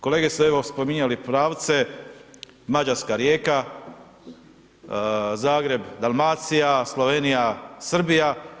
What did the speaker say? Kolege se evo, spominjali pravce, Mađarska-Rijeka, Zagreb-Dalmacija, Slovenija-Srbija.